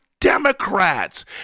democrats